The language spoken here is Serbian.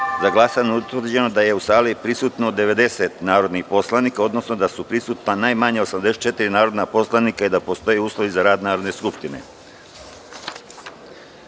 za glasanje, utvrđeno da je u sali prisutno 90 narodnih poslanika, odnosno da su prisutna najmanje 84 narodna poslanika i da postoje uslovi za rad Narodne skupštine. Pošto